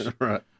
right